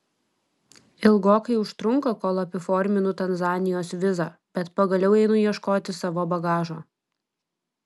ilgokai užtrunka kol apiforminu tanzanijos vizą bet pagaliau einu ieškoti savo bagažo